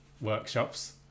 workshops